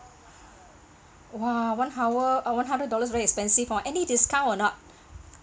!wah! one hour uh one hundred dollar very expensive orh any discount or not